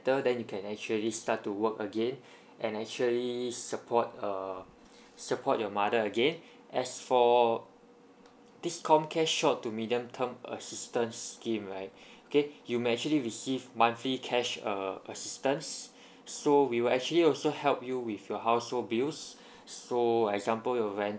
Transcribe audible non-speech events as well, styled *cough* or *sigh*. better then you can actually start to work again and actually support err support your mother again as for this COMCARE short to medium term assistance scheme right *breath* okay you may actually receive monthly cash err assistance *breath* so we will actually also help you with your household bills *breath* so example your rentals